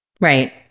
Right